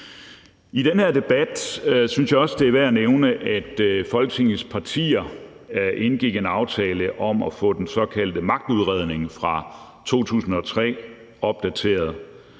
I den her debat synes jeg også det værd at nævne, at Folketingets partier indgik en aftale om at få den såkaldte magtudredning fra 2003 opdateret.